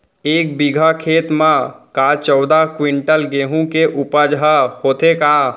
एक बीघा खेत म का चौदह क्विंटल गेहूँ के उपज ह होथे का?